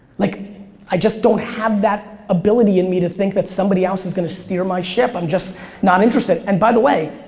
like i just don't have that ability in me to think that somebody else is going to steer my ship. i'm just not interested. and by the way,